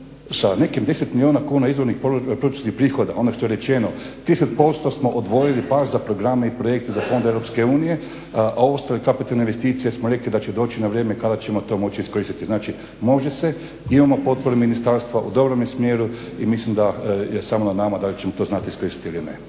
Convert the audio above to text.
sa nekih 10 milijuna kuna izvornih … prihoda, ono što je rečeno, 30% smo odvojili baš za programe i projekte za fondove Europske unije, a ostale kapitalne investicije smo rekli da će doći na vrijeme kada ćemo to moći iskoristiti. Znači može se, imamo potporu ministarstva, u dobrom je smjeru i mislim da je samo na nama da li ćemo to znati iskoristiti ili ne.